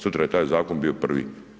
Sutra je taj zakon bio prvi.